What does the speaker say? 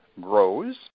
grows